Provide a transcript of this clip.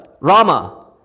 Rama